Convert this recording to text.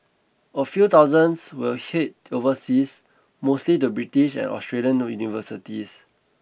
a few thousands will head overseas mostly to British and Australian universities